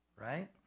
right